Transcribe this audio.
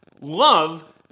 Love